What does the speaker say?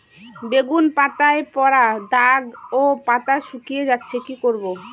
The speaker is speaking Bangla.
বেগুন পাতায় পড়া দাগ ও পাতা শুকিয়ে যাচ্ছে কি করব?